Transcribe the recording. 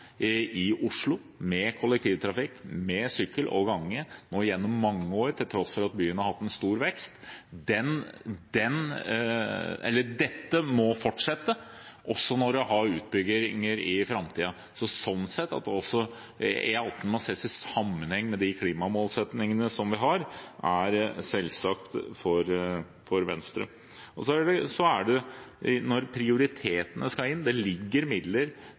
i Oslo med kollektivtrafikk, sykkel og gange gjennom mange år, til tross for at byen har hatt en stor vekst. Dette må fortsette også når en har utbygginger i framtiden. Så at E18 også må ses i sammenheng med de klimamålsettingene vi har, er selvsagt for Venstre. Når prioritetene skal inn – det ligger avsatte midler